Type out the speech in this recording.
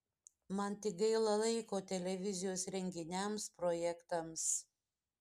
man tik gaila laiko televizijos renginiams projektams